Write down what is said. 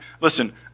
Listen